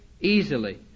Easily